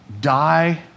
die